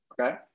Okay